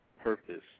purpose